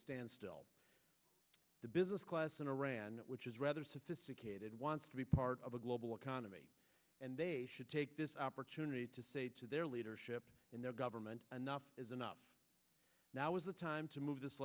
standstill the business class in iran which is rather sophisticated wants to be part of a global economy and they should take this opportunity to say to their leadership in their government and that is enough now is the time to move this